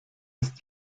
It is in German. ist